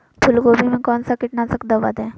फूलगोभी में कौन सा कीटनाशक दवा दे?